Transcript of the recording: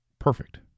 Perfect